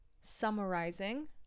summarizing